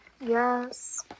Yes